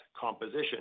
composition